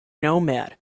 nomad